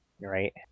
Right